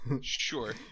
sure